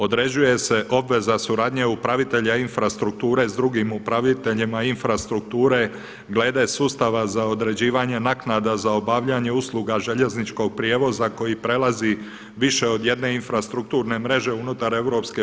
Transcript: Određuje se obveza suradnje upravitelja infrastrukture s drugim upraviteljima infrastrukture glede sustava za određivanje naknada za obavljanje usluga željezničkog prijevoza koji prelazi više od jedne infrastrukturne mreže unutar EU.